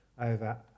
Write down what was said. over